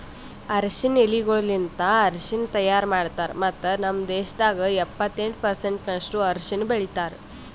ಅರಶಿನ ಎಲಿಗೊಳಲಿಂತ್ ಅರಶಿನ ತೈಯಾರ್ ಮಾಡ್ತಾರ್ ಮತ್ತ ನಮ್ ದೇಶದಾಗ್ ಎಪ್ಪತ್ತೆಂಟು ಪರ್ಸೆಂಟಿನಷ್ಟು ಅರಶಿನ ಬೆಳಿತಾರ್